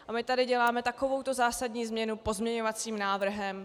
A my tady děláme takovouto zásadní změnu pozměňovacím návrhem.